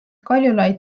kaljulaid